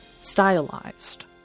stylized